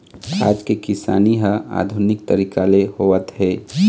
आज के किसानी ह आधुनिक तरीका ले होवत हे